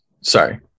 sorry